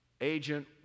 Agent